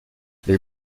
les